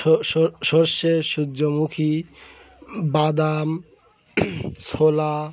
শস্যের সূর্যমুখী বাদাম ছোলা